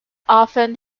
often